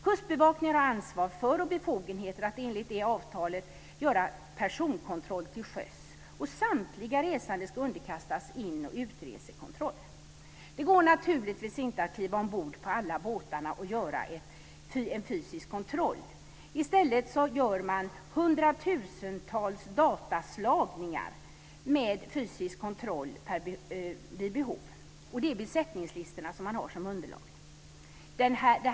Kustbevakningen har ansvar för och befogenheter att i enlighet med avtalet utföra personkontroll till sjöss. Samtliga resande ska underkastas in respektive utresekontroll. Det går naturligtvis inte att kliva ombord på alla båtar och göra en fysisk kontroll. I stället gör man hundratusentals dataslagningar kombinerat med fysisk kontroll vid behov. Det är då besättningslistorna som används som underlag.